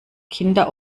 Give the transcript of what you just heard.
kinder